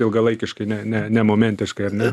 ilgalaikiškai ne ne ne momentiškai ar ne